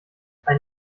ein